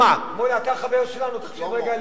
מולה, אתה חבר שלנו, תקשיב לנו רגע.